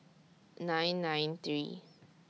nine nine three